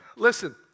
Listen